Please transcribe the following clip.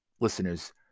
listeners